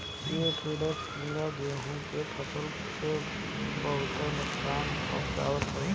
aphids कीड़ा गेंहू के फसल के बहुते नुकसान पहुंचावत हवे